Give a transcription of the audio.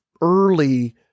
early